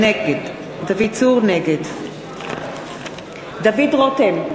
נגד דוד רותם,